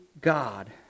God